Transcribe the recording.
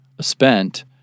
spent